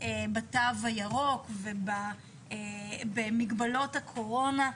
בתו הירוק ובמגבלות הקורונה,